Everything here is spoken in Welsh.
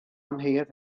amheuaeth